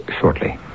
shortly